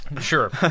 Sure